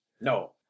No